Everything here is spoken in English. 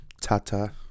Tata